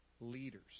leaders